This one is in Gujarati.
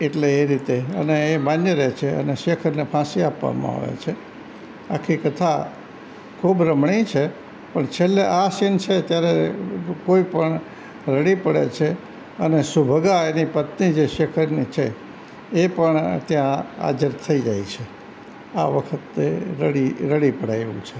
એટલે એ રીતે અને એ બાંધ્યો રહે છે અને શેખરને ફાંસી આપવામાં આવે છે આખી કથા ખૂબ રમણીય છે પણ છેલ્લે આ સીન છે ત્યારે કોઈ પણ રડી પડે છે અને સુભગા એની પત્ની જે શેખરની છે એ પણ ત્યાં હાજર થઈ જાય છે આ વખતે રડી રડી પડાય એવું છે